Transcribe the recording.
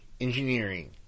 Engineering